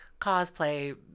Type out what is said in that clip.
cosplay